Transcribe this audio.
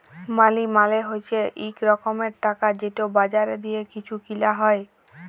মালি মালে হছে ইক রকমের টাকা যেট বাজারে দিঁয়ে কিছু কিলা যায়